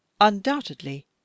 Undoubtedly